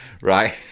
right